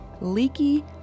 leaky